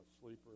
sleeper